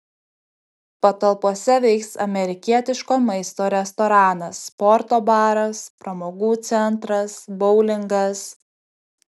patalpose veiks amerikietiško maisto restoranas sporto baras pramogų centras boulingas